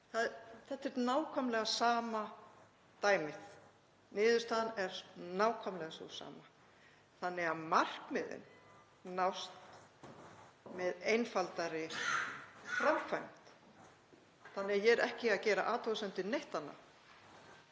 Þetta er nákvæmlega sama dæmið. Niðurstaðan er nákvæmlega sú sama þannig að markmiðin nást með einfaldari framkvæmd. Þannig að ég er ekki að gera athugasemd við neitt annað